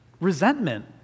resentment